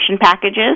packages